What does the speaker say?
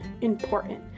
important